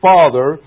Father